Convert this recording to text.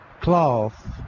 cloth